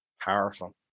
Powerful